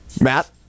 Matt